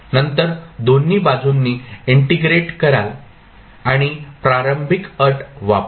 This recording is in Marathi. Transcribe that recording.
नंतर दोन्ही बाजूंनी इंटिग्रेट करा आणि प्रारंभिक अट वापरा